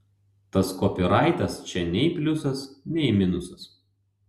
tas kopyraitas čia nei pliusas nei minusas